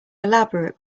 elaborate